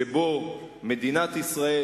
שבו מדינת ישראל,